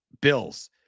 Bills